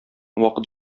вакыт